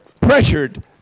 pressured